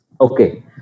Okay